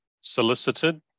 solicited